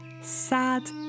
sad